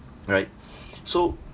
alright so